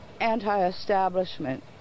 anti-establishment